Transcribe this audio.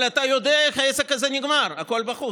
אתה יודע איך העסק הזה נגמר: הכול בחוץ,